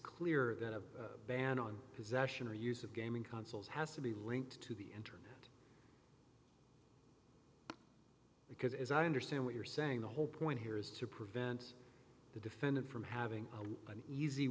clear that a ban on possession or use of gaming consuls has to be linked to the because as i understand what you're saying the whole point here is to prevent the defendant from having an easy